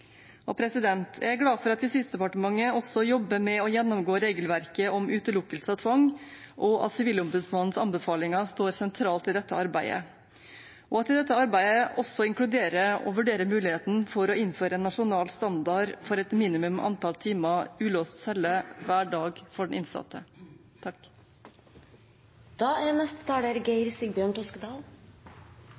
Jeg er glad for at Justisdepartementet også jobber med å gjennomgå regelverket om utelukkelse og tvang, og at Sivilombudsmannens anbefalinger står sentralt i dette arbeidet. Dette arbeidet inkluderer også å vurdere muligheten for å innføre en nasjonal standard for et minimum antall timer med ulåst celle hver dag for den innsatte. Det var urovekkende å lese Sivilombudsmannens funn i særskilt melding til Stortinget da